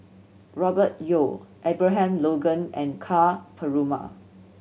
Robert Yeo Abraham Logan and Ka Perumal